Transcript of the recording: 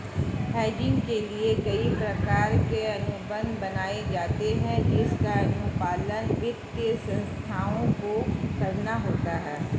hedging के लिए कई प्रकार के अनुबंध बनाए जाते हैं जिसका अनुपालन वित्तीय संस्थाओं को करना होता है